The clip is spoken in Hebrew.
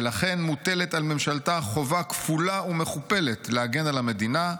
ולכן מוטלת על ממשלתה חובה כפולה ומכופלת להגן על המדינה,